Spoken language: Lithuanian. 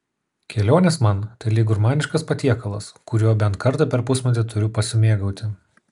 kelionės man tai lyg gurmaniškas patiekalas kuriuo bent kartą per pusmetį turiu pasimėgauti